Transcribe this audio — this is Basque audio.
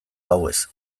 gauez